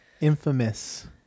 infamous